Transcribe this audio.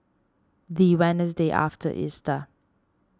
the Wednesday after Easter